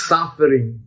Suffering